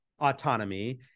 autonomy